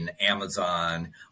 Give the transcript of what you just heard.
amazon